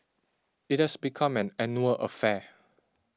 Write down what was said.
it has become an annual affair